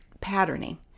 patterning